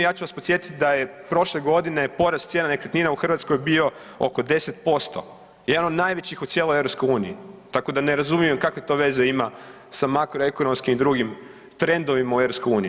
Ja ću vas podsjetiti da je prošle godine porast cijena nekretnina u Hrvatskoj bio oko 10, jedan od najvećih u cijeloj EU tako da ne razumijem kakve to veze ima sa makroekonomskim i drugim trendovima u EU.